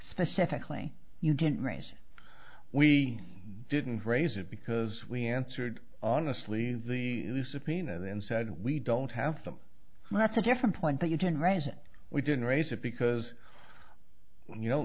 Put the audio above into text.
specifically you didn't raise we didn't raise it because we answered honestly the subpoena then said we don't have them and that's a different point that you didn't raise it we didn't raise it because you know